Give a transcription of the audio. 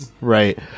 right